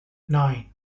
nine